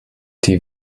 die